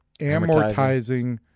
Amortizing